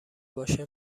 باشه